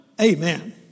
Amen